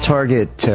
Target